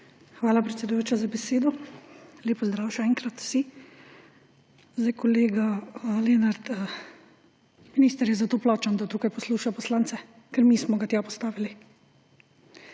Hvala, predsedujoča, za besedo. Lep pozdrav še enkrat vsi! Kolega Lenart, minister je za to plačan, da tukaj posluša poslance, ker mi smo ga tja postavili,